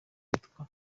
witwa